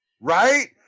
Right